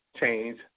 change